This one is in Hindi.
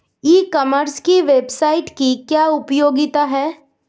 ई कॉमर्स की वेबसाइट की क्या उपयोगिता है?